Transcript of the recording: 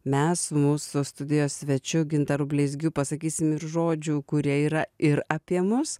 mes mūsų studijos svečiu gintaru bleizgiu pasakysim ir žodžių kurie yra ir apie mus